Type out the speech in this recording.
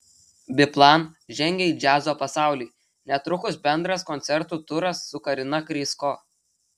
biplan žengia į džiazo pasaulį netrukus bendras koncertų turas su karina krysko